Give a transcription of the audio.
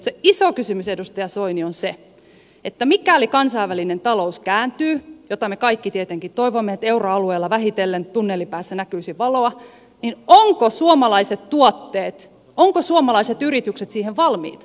mutta se iso kysymys edustaja soini on se että mikäli kansainvälinen talous kääntyy mitä me kaikki tietenkin toivomme että euroalueella vähitellen tunnelin päässä näkyisi valoa niin ovatko suomalaiset tuotteet ovatko suomalaiset yritykset siihen valmiita